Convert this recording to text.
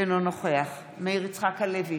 אינו נוכח מאיר יצחק הלוי,